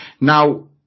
now